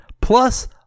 plus